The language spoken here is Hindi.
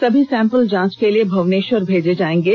सभी सैंपल जांच के लिए भुवनेश्वर भेजा जाएंगे